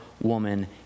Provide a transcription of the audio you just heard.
woman